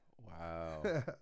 wow